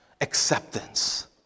acceptance